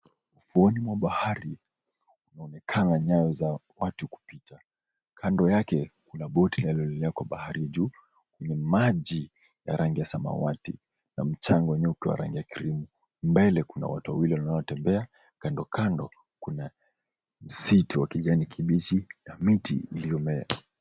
Ufuoni mwa bahari, kunaonekana nyayo za watu kupita. Kando yake kuna boti linaloelea kwa bahari juu na maji ya rangi ya samawati na mchanga wa nyuki wa rangi ya cream . Mbele kuna watu wawili wanaotembea, kando kando kuna msitu wa kijani kibichi na miti iliyomea.